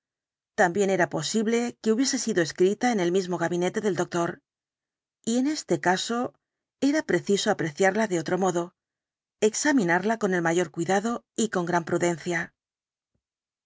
también era posible que hubiese sido escrita en el mismo gabinete del doctor y en este caso era preciso apreciarla de otro modo examinarla con el mayor cuidado y con gran prudencia